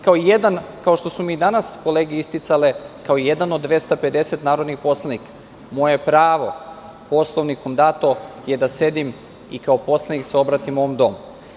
Kao što su i danas kolege isticale, kao jedan od 250 narodnih poslanika, moje je pravo Poslovnikom dato da sedim i kao poslanik se obratim ovom domu.